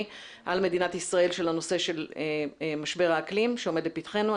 על מדינת ישראל בנושא של משבר האקלים שעומד לפתיחנו.